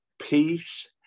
peace